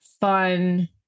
fun